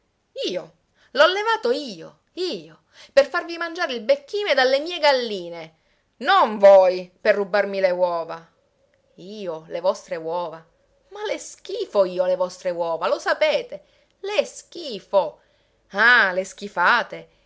io l'ho levato io io per farvi mangiare il becchime dalle mie galline non voi per rubarmi le uova io le vostre uova ma le schifo io le vostre uova lo sapete le schifo ah le schifate